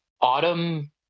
autumn